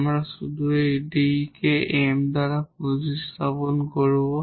আমরা শুধু এই D কে m দ্বারা প্রতিস্থাপন করব